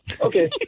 Okay